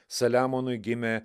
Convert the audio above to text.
saliamonui gimė